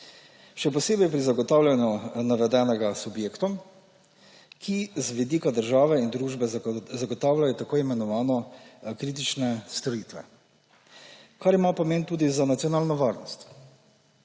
še posebej pri zagotavljanju navedenega subjektom, ki z vidika države in družbe zagotavljajo tako imenovane kritične storitve, kar ima pomen tudi za nacionalno varnost.